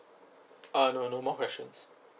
uh no no more questions